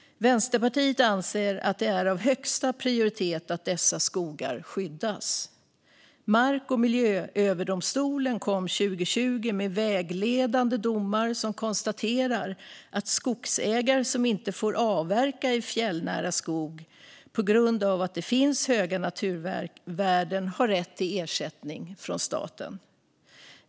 Vänsterpartiet anser att det är av högsta prioritet att dessa skogar skyddas. Mark och miljööverdomstolen kom 2020 med vägledande domar som konstaterar att skogsägare som inte får avverka i fjällnära skog på grund av att det finns höga naturvärden har rätt till ersättning från staten.